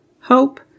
Hope